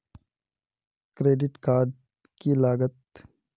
Credit card की लागत?